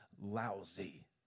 lousy